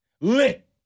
Lit